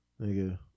Nigga